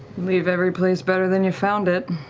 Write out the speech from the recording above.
leave every place better than you found it.